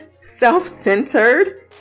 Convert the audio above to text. self-centered